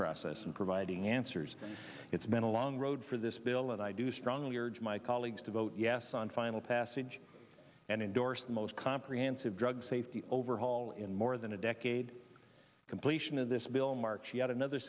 process and providing answers it's been a long road for this bill and i do strongly urge my colleagues to vote yes on final passage and endorse the most comprehensive drug safety overhaul in more than a decade completion of this bill march yet another